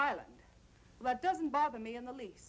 island but doesn't bother me in the least